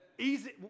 easy